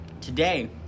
today